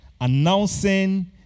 announcing